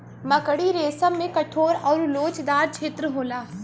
मकड़ी रेसम में कठोर आउर लोचदार छेत्र होला